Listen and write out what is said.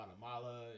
guatemala